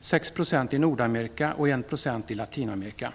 6 % i Nordamerika och 1 % i Latinamerika.